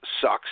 sucks